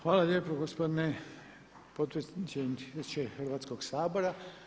Hvala lijepo gospodine potpredsjedniče Hrvatskog sabora.